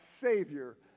Savior